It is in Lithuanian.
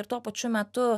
ir tuo pačiu metu